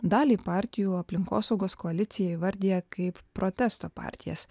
dalį partijų aplinkosaugos koalicija įvardija kaip protesto partijas